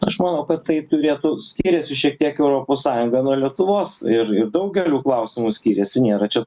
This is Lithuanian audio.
aš manau kad tai turėtų skiriasi šiek tiek europos sąjunga nuo lietuvos ir ir daugeliu klausimų skiriasi nėra čia